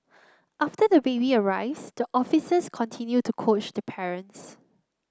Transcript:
after the baby arrives the officers continue to coach the parents